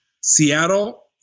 Seattle